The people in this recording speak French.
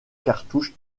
cartouche